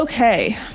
Okay